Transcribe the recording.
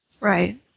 Right